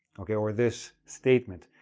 okay, or this statement.